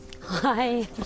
Hi